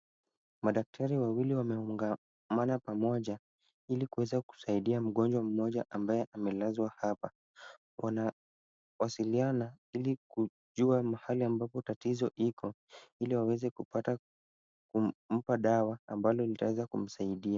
Madaktari wawili wameungamana pamoja ili kuweza kusaidia mgonjwa mmoja ambaye amelazwa, hapa wanawasiliana ili kujua mahali ambapo tatizo iko, ili waweze kumpa dawa ambayo itaweza kumsaidia.